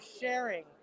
sharing